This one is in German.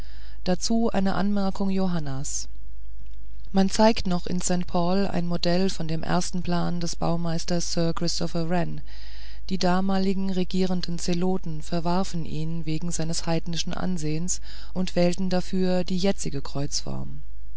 dazu eine anmerkung johannas man zeigt noch in st paul ein modell von dem ersten plan des baumeisters sir christopher wren die damaligen regierenden zeloten verwarfen ihn wegen seines heidnischen ansehens und wählten dafür die jetzige